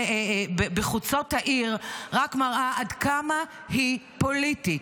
בחוצות העיר רק מראה עד כמה היא פוליטית.